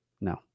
no